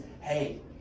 hey